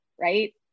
Right